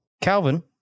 Calvin